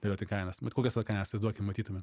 dėlioti kainas bet kokias vat kainas įsivaizduokim matytumėm